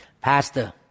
Pastor